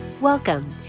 Welcome